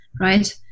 right